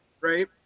Right